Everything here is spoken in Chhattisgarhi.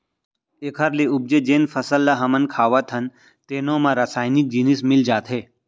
एखर ले उपजे जेन फसल ल हमन खावत हन तेनो म रसइनिक जिनिस मिल जाथे